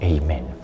Amen